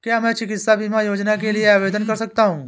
क्या मैं चिकित्सा बीमा योजना के लिए आवेदन कर सकता हूँ?